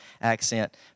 accent